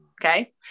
okay